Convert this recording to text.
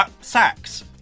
Sacks